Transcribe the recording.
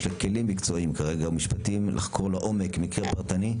לה כלים מקצועיים או משפטים לחקור לעומק מקרה פרטני.